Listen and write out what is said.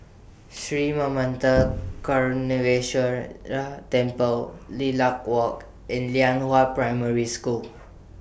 Sri Manmatha Karuneshvarar Temple Lilac Walk and Lianhua Primary School